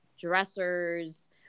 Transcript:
dressers